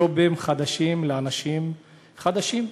ג'ובים חדשים לאנשים חדשים.